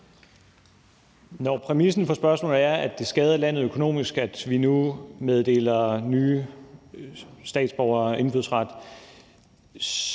Når præmissen for spørgsmålet er, at det skader landet økonomisk, at vi nu meddeler nye borgere indfødsret,